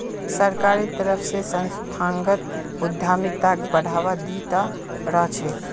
सरकारेर तरफ स संस्थागत उद्यमिताक बढ़ावा दी त रह छेक